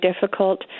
difficult